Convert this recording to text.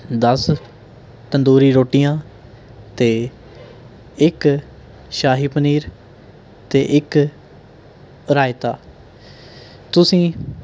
ਦਸ ਤੰਦੂਰੀ ਰੋਟੀਆਂ ਅਤੇ ਇੱਕ ਸ਼ਾਹੀ ਪਨੀਰ ਅਤੇ ਇੱਕ ਰਾਇਤਾ ਤੁਸੀਂ